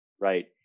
right